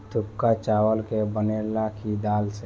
थुक्पा चावल के बनेला की दाल के?